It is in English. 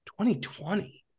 2020